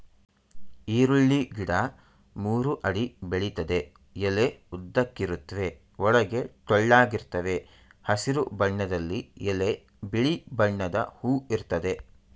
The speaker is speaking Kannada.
ಈರುಳ್ಳಿ ಗಿಡ ಮೂರು ಅಡಿ ಬೆಳಿತದೆ ಎಲೆ ಉದ್ದಕ್ಕಿರುತ್ವೆ ಒಳಗೆ ಟೊಳ್ಳಾಗಿರ್ತವೆ ಹಸಿರು ಬಣ್ಣದಲ್ಲಿ ಎಲೆ ಬಿಳಿ ಬಣ್ಣದ ಹೂ ಇರ್ತದೆ